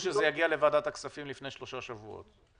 שזה יגיע לוועדת הכספים לפני שלושה שבועות.